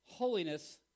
Holiness